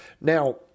Now